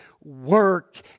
work